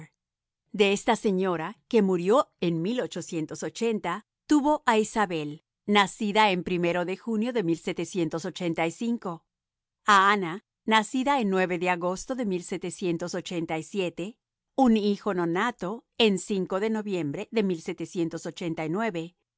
de esta señoraque murió en tuvo á nacida en de junio de a ana nacida en de agosto de un hijo nonato en de noviembre d